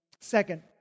Second